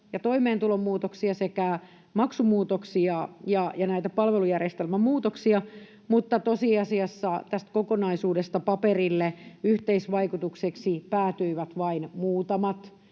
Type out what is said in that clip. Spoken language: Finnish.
sekä maksumuutoksia ja näitä palvelujärjestelmän muutoksia, mutta tosiasiassa tästä kokonaisuudesta paperille yhteisvaikutukseksi päätyivät vain muutamat